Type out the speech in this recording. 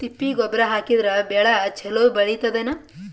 ತಿಪ್ಪಿ ಗೊಬ್ಬರ ಹಾಕಿದರ ಬೆಳ ಚಲೋ ಬೆಳಿತದೇನು?